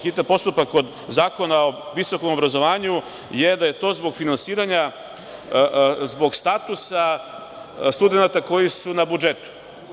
Hitan postupak Zakona o visokom obrazovanju je da je zbog finansiranja, zbog statusa studenata koji su na budžetu.